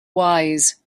wise